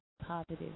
Positive